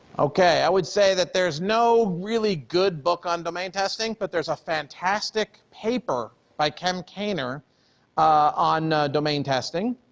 okay, i would say that there is no really good book on domain testing but there's a fantastic paper by cem kaner on domain testing,